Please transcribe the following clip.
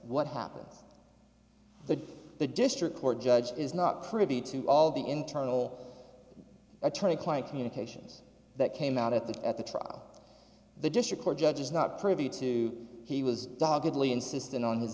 what happens to the district court judge is not privy to all the internal attorney client communications that came out at the at the trial the district court judge is not privy to he was doggedly insistent on his